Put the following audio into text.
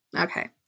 Okay